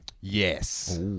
Yes